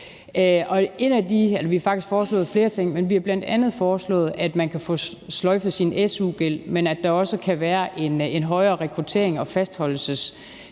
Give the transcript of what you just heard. faktisk foreslået flere ting, men vi har bl.a. foreslået, at man kan få sløjfet sin su-gæld, og at der også kan være et højere rekrutterings- og fastholdelsestillæg,